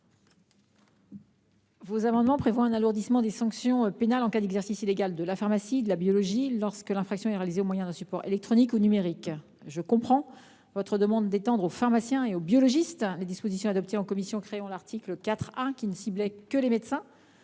Ces amendements identiques visent à alourdir les sanctions pénales en cas d’exercice illégal de la pharmacie et de la biologie médicale lorsque l’infraction est réalisée au moyen d’un support électronique ou numérique. Je comprends votre demande d’étendre aux pharmaciens et aux biologistes les dispositions adoptées en commission à l’origine de l’article 4 A, lequel ne ciblait que les médecins.